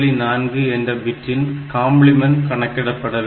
4 என்ற பிட்டின் காம்ப்ளிமென்ட் கணக்கிடப்பட வேண்டும்